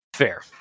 fair